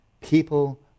people